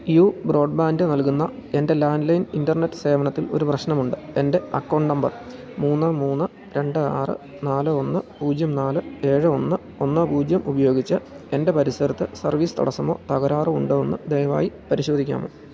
U broadband നൽകുന്ന എൻ്റെ landline internet സേവനത്തിൽ ഒരു പ്രശ്നമുണ്ട് എൻ്റെ അക്കൗണ്ട് നമ്പർ മൂന്ന് മൂന്ന് രണ്ട് ആറ് നാല് ഒന്ന് പൂജ്യം നാല് ഏഴ് ഒന്ന് ഒന്ന് പൂജ്യം ഉപയോഗിച്ചു എൻ്റെ പരിസരത്ത് സർവീസ് തടസ്സമോ തകരാറോ ഉണ്ടോ എന്ന് ദയവായി പരിശോധിക്കാമോ